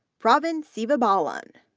pravin sivabalan,